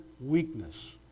weakness